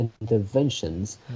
interventions